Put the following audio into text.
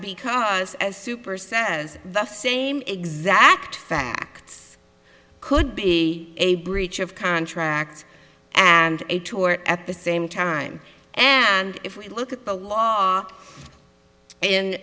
because as super says the same exact facts could be a breach of contract and a tour at the same time and if we look at the law in